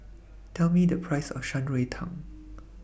Tell Me The Price of Shan Rui Tang